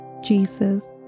Jesus